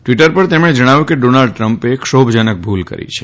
Twitter પર તેમણે ણાવ્યું કે ડોનાલ્ડ ટ્રમ્પે ક્ષોભ નક ભૂલ કરી છે